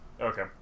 Okay